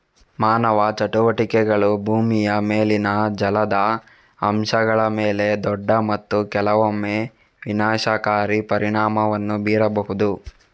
ಮಾನವ ಚಟುವಟಿಕೆಗಳು ಭೂಮಿಯ ಮೇಲಿನ ಜಲದ ಅಂಶಗಳ ಮೇಲೆ ದೊಡ್ಡ ಮತ್ತು ಕೆಲವೊಮ್ಮೆ ವಿನಾಶಕಾರಿ ಪರಿಣಾಮವನ್ನು ಬೀರಬಹುದು